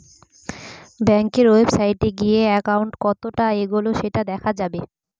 ব্যাঙ্কের ওয়েবসাইটে গিয়ে একাউন্ট কতটা এগোলো সেটা দেখা যাবে